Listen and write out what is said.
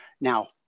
Now